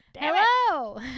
Hello